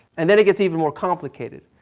and then it gets even more complicated.